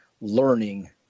learning